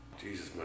Jesus